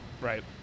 Right